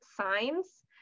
signs